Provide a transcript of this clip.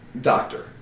Doctor